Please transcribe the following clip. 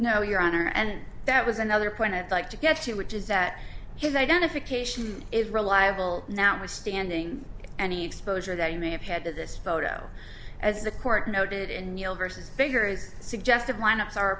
no your honor and that was another point i'd like to get to which is that his identification is reliable now we're standing any exposure that you may have had to this photo as the court noted in neil versus bigger is suggestive lineups are a